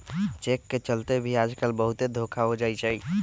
cheque के चलते भी आजकल बहुते धोखा हो जाई छई